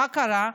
מה קרה?